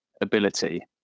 ability